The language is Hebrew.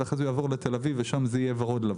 ואחר כך הוא יעבור לתל אביב ושם זה יהיה ורוד-לבן.